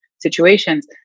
situations